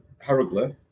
hieroglyph